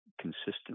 consistent